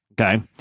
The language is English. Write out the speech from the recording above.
Okay